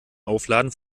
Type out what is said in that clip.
aufladen